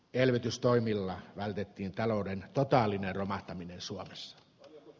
elvytystoimilla vältettiin talouden totaalinen romahtaminen suomessa s